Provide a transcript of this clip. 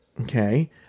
Okay